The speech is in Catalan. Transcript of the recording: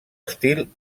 estil